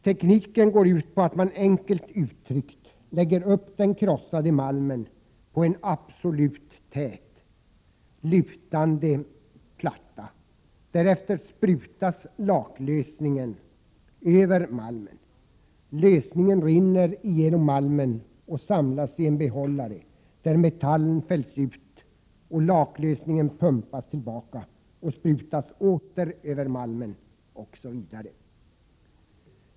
Tekniken går ut på att man, enkelt uttryckt, lägger upp den krossade malmen på en absolut tät lutande platta. Därefter sprutas laklösningen över malmen. Lösningen rinner igenom malmen och samlas i en behållare, där metallen fälls ut. Laklösningen pumpas tillbaka och sprutas åter över malmen osv.